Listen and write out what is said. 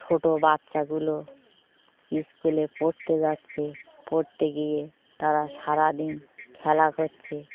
ছোটো বাচ্চাগুলো স্কুলে পড়তে যাচ্ছে পড়তে গিয়ে তারা সারাদিন খেলা করছে